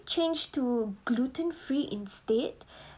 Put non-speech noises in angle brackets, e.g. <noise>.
changed to gluten free instead <breath>